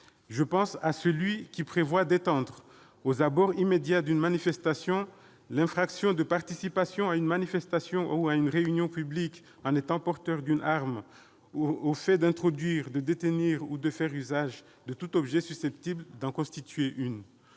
Je pense à l'extension, aux abords immédiats d'une manifestation, de l'infraction de participation à une manifestation ou à une réunion publique en étant porteur d'une arme au fait d'introduire, de détenir ou de faire usage de tout objet susceptible d'en constituer une